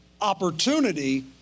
opportunity